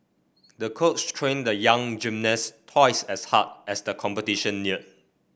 the coach trained the young gymnast twice as hard as the competition neared